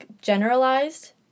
generalized